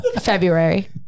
February